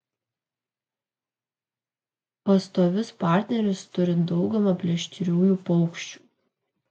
pastovius partnerius turi dauguma plėšriųjų paukščių